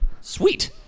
sweet